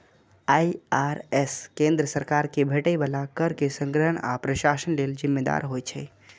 IRS केंद्र सरकार कें भेटै बला कर के संग्रहण आ प्रशासन लेल जिम्मेदार होइ छै